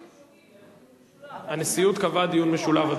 זה שני דיונים שונים, איך אפשר דיון משולב?